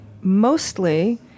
mostly